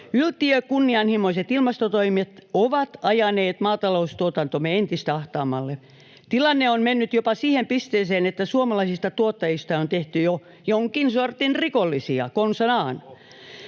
Yltiökunnianhimoiset ilmastotoimet ovat ajaneet maataloustuotantomme entistä ahtaammalle. Tilanne on mennyt jopa siihen pisteeseen, että suomalaisista tuottajista on tehty jo jonkin sortin rikollisia